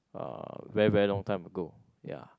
uh very very long time ago ya